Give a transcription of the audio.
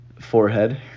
forehead